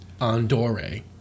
Andore